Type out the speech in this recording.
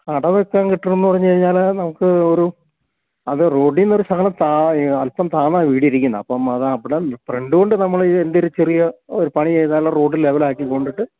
കട വെക്കാൻ കിട്ടുമോ എന്ന് പറഞ്ഞ് കഴിഞ്ഞാൽ നമുക്ക് ഒരു അത് റോഡിൽ നിന്നൊരു ശകലം അല്പം തന്നാണ് വീടിരിക്കുന്നത് അപ്പം അത് അവിടം ഫ്രണ്ട് കൊണ്ട് നമ്മൾ എന്തേലും ചെറിയ ഒരു പണി ചെയ്താൽ റോഡ് ലെവലാക്കി കൊണ്ടിട്ട്